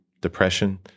depression